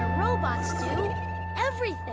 robots do. everything!